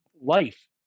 Life